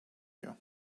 you